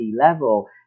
level